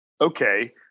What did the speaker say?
okay